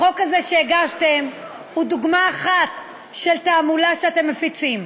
החוק הזה שהגשתם הוא דוגמה אחת של תעמולה שאתם מפיצים,